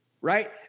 right